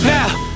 Now